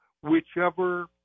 whichever